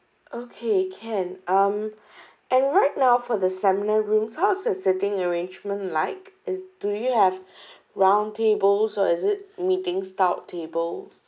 okay can um and right now for the seminar room how is the seating arrangement like is do you have round tables or is it meeting stout tables